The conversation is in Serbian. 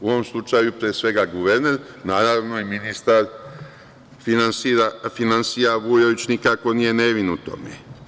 U ovom slučaju pre svega guverner, naravno i ministar finansija, Vujović, nikako nije nevin u tome.